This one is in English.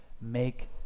make